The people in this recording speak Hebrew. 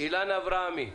אילן אברהמי,